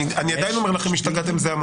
אני עדיין אומר לכם שזה המון.